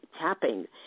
tapping